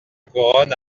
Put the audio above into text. couronne